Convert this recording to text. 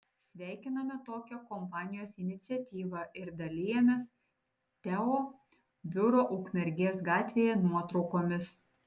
sveikiname tokią kompanijos iniciatyvą ir dalijamės teo biuro ukmergės gatvėje nuotraukomis